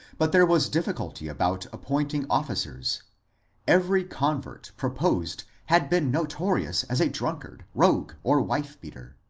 but there was difficulty about appointing officers every convert proposed had been noto rious as a drunkard, rogue, or wife-beater.